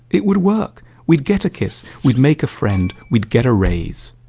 it would work we'd get a kiss, we'd make a friend, we'd get a raise.